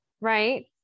right